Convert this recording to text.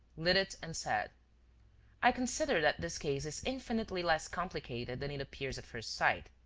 lit it and said i consider that this case is infinitely less complicated than it appears at first sight.